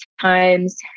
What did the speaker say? times